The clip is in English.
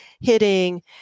hitting